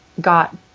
got